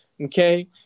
Okay